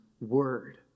word